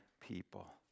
people